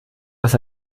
was